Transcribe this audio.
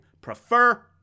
prefer